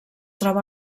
troba